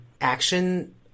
action